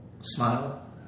Smile